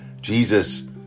Jesus